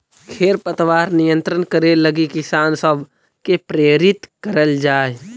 खेर पतवार नियंत्रण करे लगी किसान सब के प्रेरित करल जाए